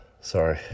Sorry